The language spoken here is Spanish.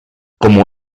como